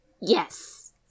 yes